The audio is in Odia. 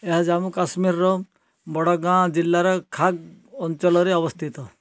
ଏହା ଜାମ୍ମୁ କାଶ୍ମୀରର ବଡ଼ ଗାଁ ଜିଲ୍ଲାର ଖାଗ୍ ଅଞ୍ଚଳରେ ଅବସ୍ଥିତ